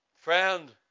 Friend